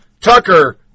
Tucker